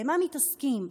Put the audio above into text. במה מתעסקים?